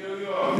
ניו-יורק.